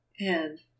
and